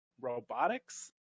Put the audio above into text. robotics